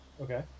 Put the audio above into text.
okay